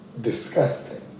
disgusting